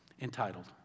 Entitled